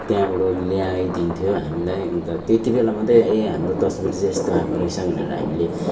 त्यहाँबाट ल्याइदिन्थ्यो हामीलाई अन्त त्यति बेला मात्रै ए हाम्रो तस्बिर चाहिँ यस्तो आएको रहेछ भनेर हामीले